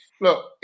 Look